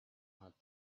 hot